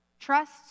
trust